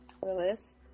Willis